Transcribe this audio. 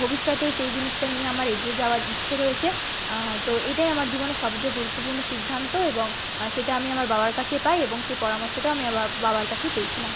ভবিষ্যতে সেই জিনিসটা নিয়ে আমার এগিয়ে যাওয়ার ইচ্ছা রয়েছে তো এটাই আমার জীবনের সবচেয়ে গুরুত্বপূর্ণ সিদ্ধান্ত এবং সেটা আমি আমার বাবার কাছে পাই এবং সেই পরামর্শটা আমি আবার বাবার কাছেই পেয়েছিলাম